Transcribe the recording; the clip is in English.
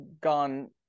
gone